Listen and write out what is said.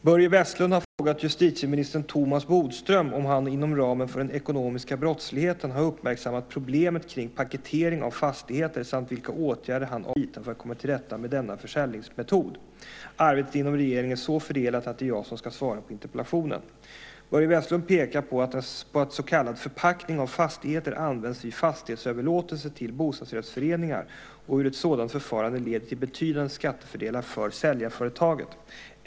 Herr talman! Börje Vestlund har frågat justitieminister Thomas Bodström om han inom ramen för den ekonomiska brottsligheten har uppmärksammat problemet med paketering av fastigheter samt vilka åtgärder han avser att vidta för att komma till rätta med denna försäljningsmetod. Arbetet inom regeringen är så fördelat att det är jag som ska svara på interpellationen. Börje Vestlund pekar på att så kallad förpackning av fastigheter används vid fastighetsöverlåtelser till bostadsrättsföreningar och hur ett sådant förfarande leder till betydande skattefördelar för säljarföretaget.